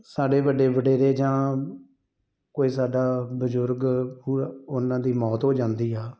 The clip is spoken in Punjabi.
ਸਾਡੇ ਵੱਡੇ ਵਡੇਰੇ ਜਾਂ ਕੋਈ ਸਾਡਾ ਬਜ਼ੁਰਗ ਹੂ ਉਹਨਾਂ ਦੀ ਮੌਤ ਹੋ ਜਾਂਦੀ ਆ